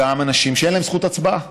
גם אנשים שאין להם זכות הצבעה